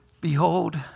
Behold